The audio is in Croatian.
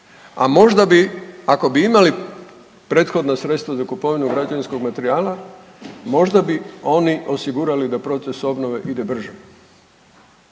a možda bi ako bi imali prethodna sredstva za kupovinu građevinskog materijala možda bi oni osigurali da proces obnove ide brže